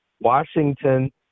Washington